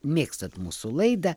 mėgstat mūsų laidą